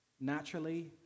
naturally